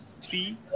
three